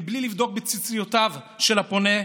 מבלי לבדוק בציציותיו של הפונה,